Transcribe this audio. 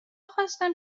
خواستم